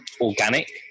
organic